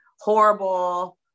Horrible